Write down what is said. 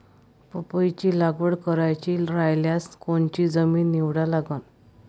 पपईची लागवड करायची रायल्यास कोनची जमीन निवडा लागन?